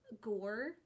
gore